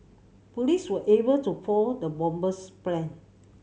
police were able to foil the bomber's plan